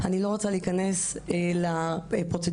לא יכול להיות שזו תהיה פריבילגיה של אוכלוסייה